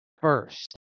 first